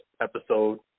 episode